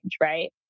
right